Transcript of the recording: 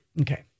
Okay